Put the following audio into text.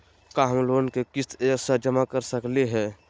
का हम लोन के किस्त एक साथ जमा कर सकली हे?